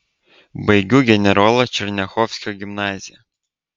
baigiu generolo černiachovskio gimnaziją